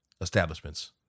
establishments